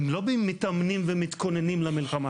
הם לא מתאמנים ומתכוננים למלחמה,